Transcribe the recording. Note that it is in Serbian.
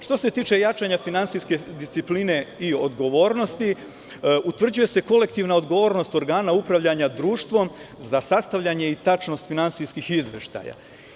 Što se tiče jačanja finansijske discipline i odgovornosti, utvrđuje se kolektivna odgovornost organa upravljanja društvom za sastavljanje i tačnost finansijskih izveštaja.